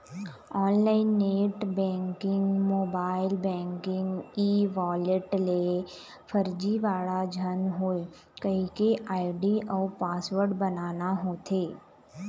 online net banking, mobile banking, e wallet ले फरजीवाड़ा झन होए कहिके आईडी अउ पासवर्ड बनाना होथे